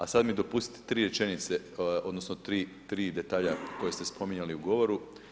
A sad mi dopustite tri rečenice odnosno tri detalja koje ste spominjali u govoru.